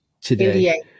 today